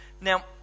Now